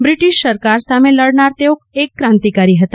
British સરકાર સામે લડનાર તેઓ એક ક્રાંતિકારી હતા